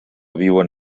viuen